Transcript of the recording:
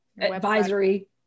advisory